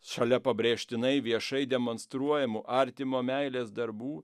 šalia pabrėžtinai viešai demonstruojamų artimo meilės darbų